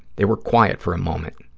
they were quiet for a moment.